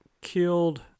killed